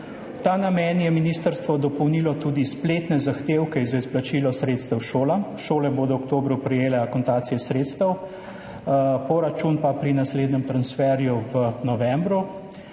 ta namen je ministrstvo dopolnilo tudi spletne zahtevke za izplačilo sredstev šolam. Šole bodo v oktobru prejele akontacije sredstev, poračun pa pri naslednjem transferju v novembru.